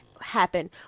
happen